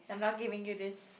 I'm not giving you this